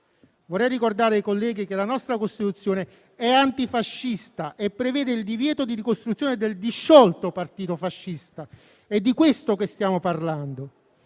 Vorrei ricordare ai colleghi che la nostra Costituzione è antifascista e prevede il divieto di ricostituzione del disciolto partito fascista: è di questo che stiamo parlando.